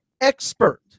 expert